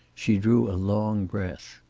she drew a long breath.